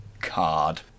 card